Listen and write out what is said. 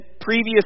previous